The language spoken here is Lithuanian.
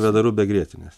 vėdarų be grietinės